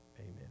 amen